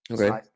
Okay